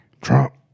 Trump